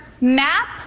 map